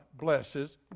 blesses